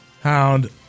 Hound